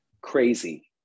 Crazy